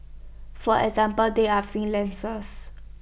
for example they are freelancers